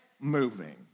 moving